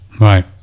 Right